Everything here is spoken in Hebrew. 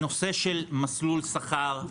הנושא של מסלול שכר,